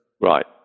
Right